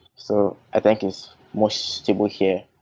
so i think it's more suitable here.